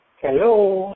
Hello